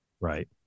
Right